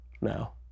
now